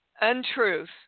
untruth